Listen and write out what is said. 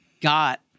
got